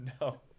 no